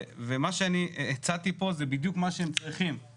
ומה שאני הצעתי פה זה בדיוק מה שהם צריכים.